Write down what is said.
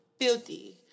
filthy